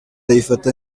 ayifata